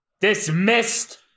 Dismissed